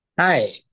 Hi